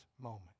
moment